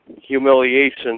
humiliation